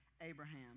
Abraham